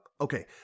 Okay